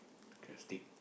Kristen